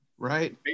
Right